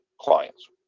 clients